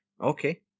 Okay